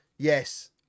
Yes